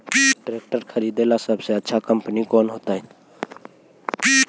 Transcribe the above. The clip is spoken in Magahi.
ट्रैक्टर खरीदेला सबसे अच्छा कंपनी कौन होतई?